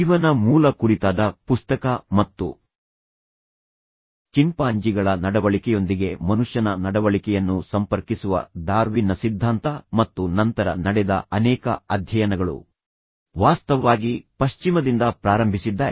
ಜೀವನ ಮೂಲ ಕುರಿತಾದ ಪುಸ್ತಕ ಮತ್ತು ಚಿಂಪಾಂಜಿಗಳ ನಡವಳಿಕೆಯೊಂದಿಗೆ ಮನುಷ್ಯನ ನಡವಳಿಕೆಯನ್ನು ಸಂಪರ್ಕಿಸುವ ಡಾರ್ವಿನ್ನ ಸಿದ್ಧಾಂತ ಮತ್ತು ನಂತರ ನಡೆದ ಅನೇಕ ಅಧ್ಯಯನಗಳು ವಾಸ್ತವವಾಗಿ ಪಶ್ಚಿಮದಿಂದ ಪ್ರಾರಂಭಿಸಿದ್ದಾರೆ